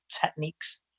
techniques